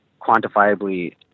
quantifiably